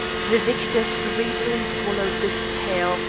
the victors greedily swallowed this tale,